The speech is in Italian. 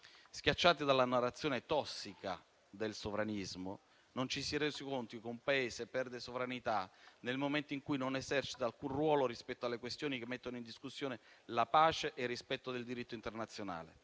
Schiacciati dalla narrazione tossica del sovranismo, non ci si è resi conto che un Paese perde sovranità nel momento in cui non esercita alcun ruolo rispetto alle questioni che mettono in discussione la pace e il rispetto del diritto internazionale